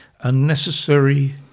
unnecessary